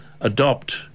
adopt